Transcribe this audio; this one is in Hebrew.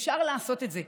אפשר לעשות את זה.